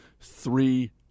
three